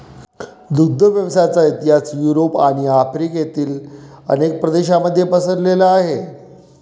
दुग्ध व्यवसायाचा इतिहास युरोप आणि आफ्रिकेतील अनेक प्रदेशांमध्ये पसरलेला आहे